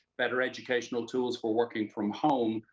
better educational tools for working from home.